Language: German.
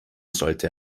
sollte